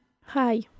hi